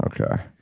okay